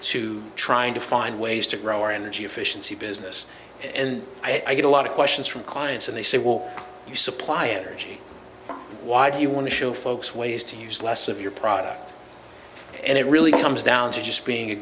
to trying to find ways to grow our energy efficiency business and i get a lot of questions from clients and they say will you supply energy why do you want to show folks ways to use less of your product and it really comes down to just being a